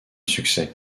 succès